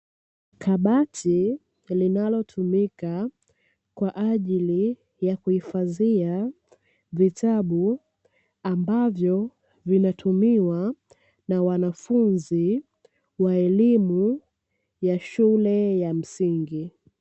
Kabati linalotumika kwa ajili ya kuhifadhia vitabu, ambavyo vinatumiwa na wanafunzi wa elimu ya shuke ya msingi.